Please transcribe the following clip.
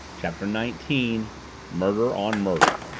chapter nineteen murder on murder